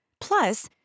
Plus